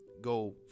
go